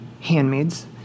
Handmaids